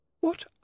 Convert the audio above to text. What